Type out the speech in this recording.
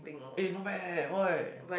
eh not bad leh oi